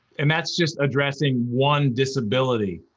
and that's just addressing one disability.